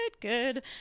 good